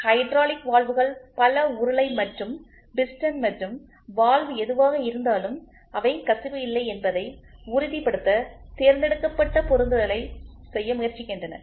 hydraulic வால்வுகள் பல உருளை மற்றும் பிஸ்டன் மற்றும் வால்வு எதுவாக இருந்தாலும் அவை கசிவு இல்லை என்பதை உறுதிப்படுத்த தேர்ந்தெடுக்கப்பட்ட பொருந்தலை செய்ய முயற்சிக்கின்றன